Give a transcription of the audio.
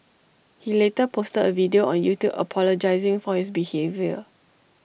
he later posted A video on YouTube apologising for his behaviour